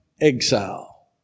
exile